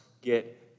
get